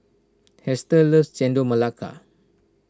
Hester loves Chendol Melaka